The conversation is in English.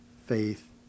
faith